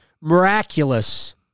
miraculous